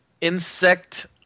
Insect